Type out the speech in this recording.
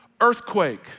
Earthquake